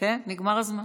כן, נגמר הזמן.